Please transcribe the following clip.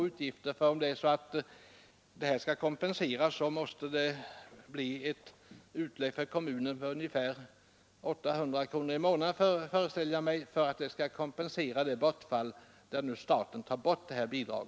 Om vårdbidraget från staten skall kompenseras av kommunen måste det innebära ett utlägg för kommunen på ungefär 800 kronor i månaden, föreställer jag mig.